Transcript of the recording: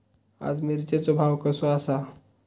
आज मिरचेचो भाव कसो आसा?